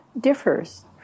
differs